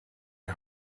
die